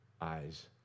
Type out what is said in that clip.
eyes